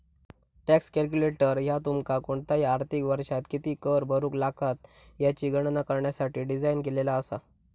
tax calculator ह्या तुमका कोणताही आर्थिक वर्षात किती कर भरुक लागात याची गणना करण्यासाठी डिझाइन केलेला असा